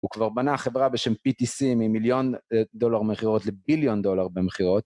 הוא כבר בנה חברה בשם PTC ממיליון דולר מחירות לביליון דולר במחירות.